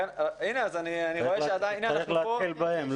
צריך להתחיל בהם.